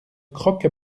croque